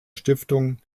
stiftung